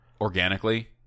organically